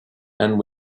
and